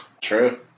True